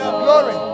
glory